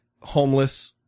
homeless